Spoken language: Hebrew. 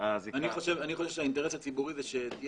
אני חושב שהאינטרס הציבורי זה שתהיה